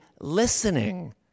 listening